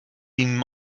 ihm